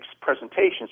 presentations